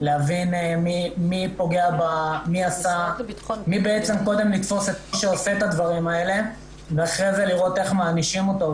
לתפוס מי עושה את הדברים האלה ולראות איך מענישים אותו.